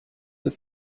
ist